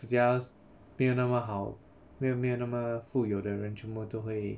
比较没有那么好没没有那么富有的人全部都会